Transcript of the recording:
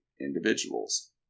individuals